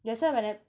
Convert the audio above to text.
that's why when I